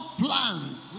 plans